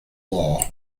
law